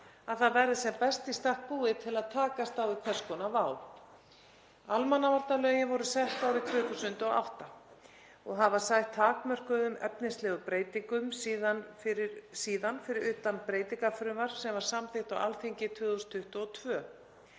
að það verði sem best í stakk búið til að takast á við hvers konar vá. Almannavarnalögin voru sett árið 2008 og hafa sætt takmörkuðum efnislegum breytingum síðan, fyrir utan breytingafrumvarp sem var samþykkt á Alþingi 2022.